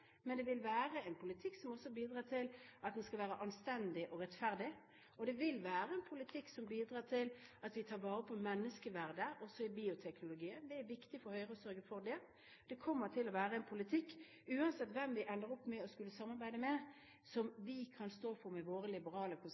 men det vil være en politikk som også bidrar til at den skal være anstendig og rettferdig. Det vil være en politikk som bidrar til at vi tar vare på menneskeverdet også i bioteknologien. Det er viktig for Høyre å sørge for det. Det kommer til å være en politikk, uansett hvem vi ender opp med å skulle samarbeide med, som vi kan stå for, med våre liberale